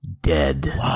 Dead